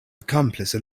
accomplice